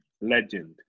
legend